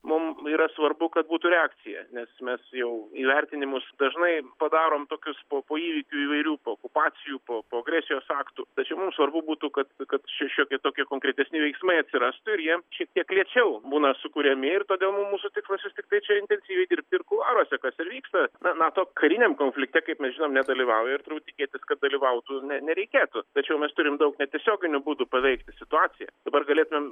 mum yra svarbu kad būtų reakcija nes mes jau įvertinimus dažnai padarome tokius po po įvykių įvairių po okupacijų po agresijos aktų tačiau mum svarbu būtų kad kad čia šiokie tokie konkretesni veiksmai atsirastų ir jie šiek tiek lėčiau būna sukuriami ir todėl mu mūsų tikslas vis tiktai čia intensyviai dirbti ir kuluaruose kas ir vyksta na nato kariniam konflikte kaip mes žinom nedalyvauja ir turbūt tikėtis kad dalyvautų ne nereikėtų tačiau mes turime daug netiesioginių būdų paveikti situaciją dabar galėtumėm